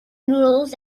noodles